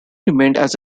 remained